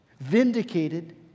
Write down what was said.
vindicated